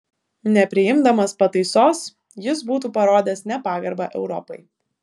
nepriimdamas pataisos jis būtų parodęs nepagarbą europai